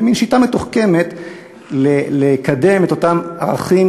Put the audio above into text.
זה מין שיטה מתוחכמת לקדם את אותם ערכים